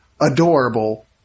adorable